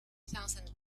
thousand